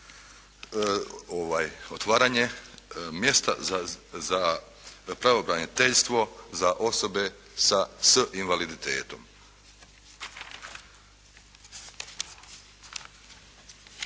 otvaranje mjesta za pravobraniteljstvo za osobe s invaliditetom.